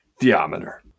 Theometer